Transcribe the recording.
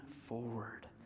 forward